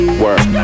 work